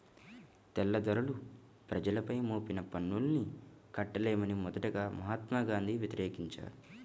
తెల్లదొరలు ప్రజలపై మోపిన పన్నుల్ని కట్టలేమని మొదటగా మహాత్మా గాంధీ వ్యతిరేకించారు